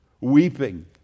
Weeping